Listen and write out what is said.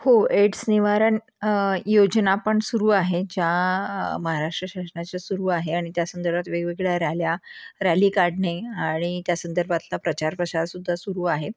हो एड्स निवारण योजना पण सुरू आहे ज्या महाराष्ट्र शासनाच्या सुरू आहे आणि त्या संदर्भात वेगवेगळ्या रॅल्या रॅली काढणे आणि त्या संदर्भातला प्रचार प्रशार सुद्धा सुरू आहे